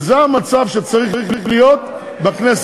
וזה המצב שצריך להיות בכנסת.